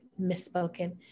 misspoken